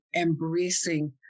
embracing